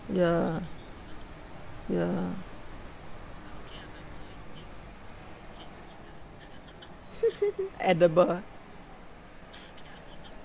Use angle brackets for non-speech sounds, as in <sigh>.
ya ya <laughs> edible ah